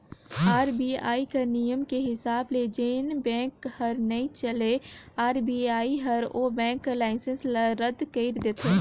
RBI कर नियम के हिसाब ले जेन बेंक हर नइ चलय आर.बी.आई हर ओ बेंक कर लाइसेंस ल रद कइर देथे